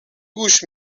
گوش